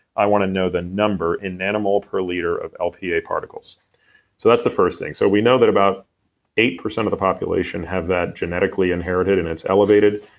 i wanna know the number in nanomole per liter of lpa particles. so that's the first thing. so we know that about eight percent of the population have that genetically inherited, and it's elevated.